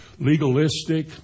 legalistic